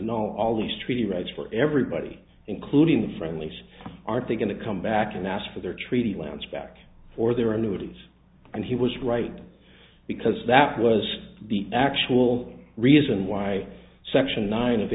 manaul all these treaty rights for everybody including friendlies aren't they going to come back and ask for their treaty lands back for there are new digs and he was right because that was the actual reason why section nine of